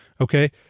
Okay